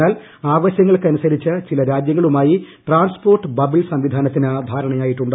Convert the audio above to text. എന്നാൽ ആവശ്യങ്ങൾക്ക് അനുസരിച്ച് ചില രാജ്യങ്ങളുമായി ട്രാൻസ്പോർട്ട് ബബിൾ സംവിധാനത്തിന് ധാരണയായിട്ടുണ്ട്